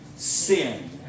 Sin